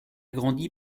grandi